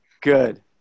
Good